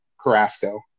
Carrasco